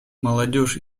молодежь